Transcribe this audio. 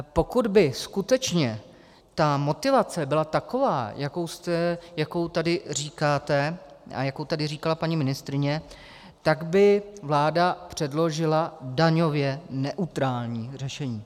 Pokud by skutečně ta motivace byla taková, jakou tady říkáte a jakou tady říkala paní ministryně, tak by vláda předložila daňově neutrální řešení.